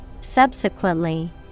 Subsequently